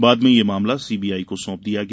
बाद में यह मामला सीबीआई को सौंप दिया गया